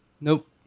Nope